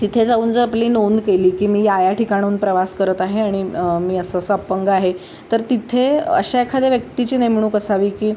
तिथे जाऊन जर आपली नोंद केली की मी या या ठिकाणाहून प्रवास करत आहे आणि मी असं असं अपंग आहे तर तिथे अशा एखाद्या व्यक्तीची नेमणूक असावी की